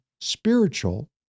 spiritual